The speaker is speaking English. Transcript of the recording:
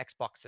xbox